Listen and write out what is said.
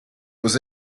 was